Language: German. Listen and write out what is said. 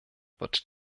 wird